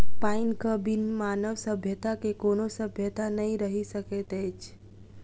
पाइनक बिन मानव सभ्यता के कोनो सभ्यता नै रहि सकैत अछि